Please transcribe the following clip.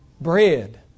bread